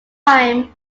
time